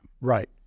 Right